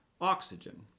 oxygen